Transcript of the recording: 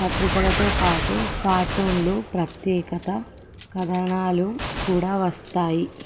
పత్రికలతో పాటు కార్టూన్లు ప్రత్యేక కథనాలు కూడా వస్తాయి